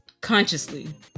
consciously